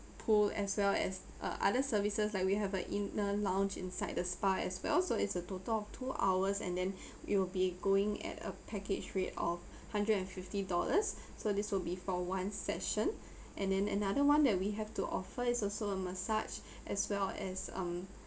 pool as well as uh other services like we have a inner lounge inside the spa as well so it's a total of two hours and then it will be going at a package rate of hundred and fifty dollars so this will be for one session and then another one that we have to offer is also a massage as well as um